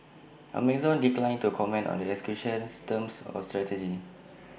Amazon declined to comment on the acquisition's terms or strategy